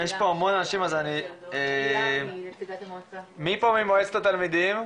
יש פה הרבה אנשים, מי פה ממועצת התלמידים?